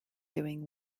doing